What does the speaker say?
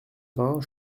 vingts